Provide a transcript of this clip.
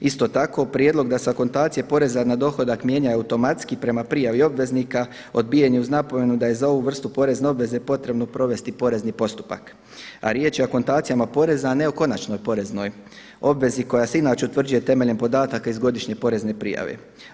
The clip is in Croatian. Isto tako prijedlog da se akontacije poreza na dohodak mijenjaju automatski prema prijavi obveznika odbijanje uz napomenu da je za ovu vrstu porezne obveze potrebno provesti porezni postupak, a riječ je o akontacijama poreza, a ne o konačnoj poreznoj obvezi koja se inače utvrđuje temeljem podataka iz godišnje porezne prijave.